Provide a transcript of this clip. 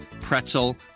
pretzel